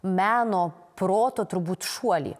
meno proto turbūt šuolį